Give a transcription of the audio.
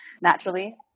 naturally